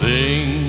Sing